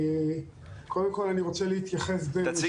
אני ראש